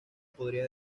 podría